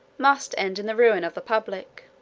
must end in the ruin of the public.